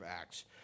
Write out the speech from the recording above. Acts